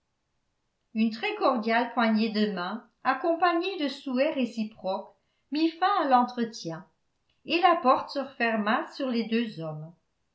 une très cordiale poignée de main accompagnée de souhaits réciproques mit fin à l'entretien et la porte se referma sur les deux hommes